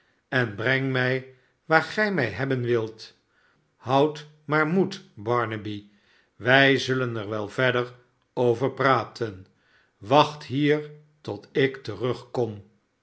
en breng mij waar gij mij hebben wilt houd maar moed barnaby wij zullen er wel verder over praten wacht hier tot ik terugkom